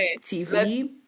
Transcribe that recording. tv